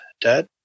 dad